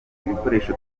ibikoresho